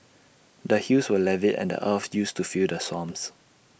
the hills were levy and the earth used to fill the swamps